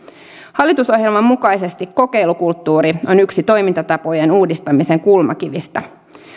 hallitusohjelman mukaisesti kokeilukulttuuri on yksi toimintatapojen uudistamisen kulmakivistä